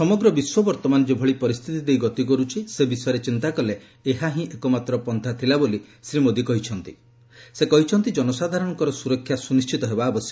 ସମଗ୍ର ବିଶ୍ୱ ବର୍ତ୍ତମାନ ଯେଭଳି ପରିସ୍ଥିତି ଦେଇ ଗତି କରୁଛି ସେ ବିଷୟରେ ଚିନ୍ତା କଲେ ଏହା ହିଁ ଏକମାତ୍ର ପନ୍ଥା ଥିଲା ବୋଲି ଶ୍ରୀ ମୋଦି କହିଛନ୍ତି ସେ କହିଛନ୍ତି ଜନସାଧାରଣଙ୍କର ସୁରକ୍ଷା ସୁନିଣିତ ହେବା ଉଚିତ